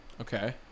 okay